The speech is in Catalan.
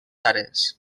àrees